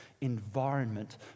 environment